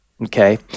Okay